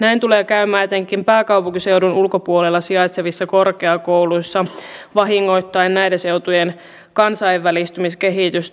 näin tulee käymään etenkin pääkaupunkiseudun ulkopuolella sijaitsevissa korkeakouluissa vahingoittaen näiden seutujen kansainvälistymiskehitystä